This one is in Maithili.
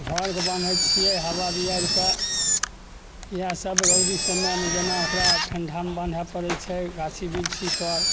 हरके बाँधैत छियै हबा बिहारिके इएह सब रौदी समयमे जेना ओकरा ठंडामे बान्है पड़ैत छै गाछी बृक्षी तर